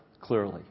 clearly